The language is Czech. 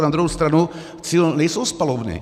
Na druhou stranu cíl nejsou spalovny.